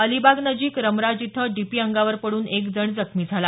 अलिबाग नजिक रामराज इथं डीपी अंगावर पड्रन एक जण जखमी झाला